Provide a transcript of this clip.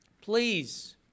please